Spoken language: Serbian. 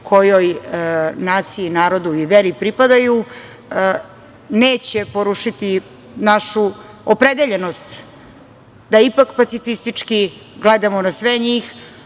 kojoj naciji, narodu i veri pripadaju. Neće porušiti našu opredeljenost da ipak pacifistički gledamo na sve njih,